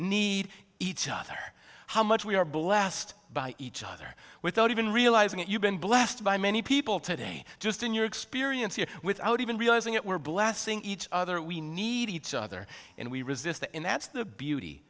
need each other how much we are blessed by each other without even realizing it you've been blessed by many people today just in your experience here without even realizing it we're blessing each other we need each other and we resist and that's the beauty